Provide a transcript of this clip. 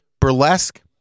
burlesque